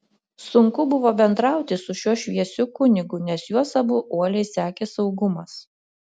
sunku buvo bendrauti su šiuo šviesiu kunigu nes juos abu uoliai sekė saugumas